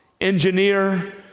engineer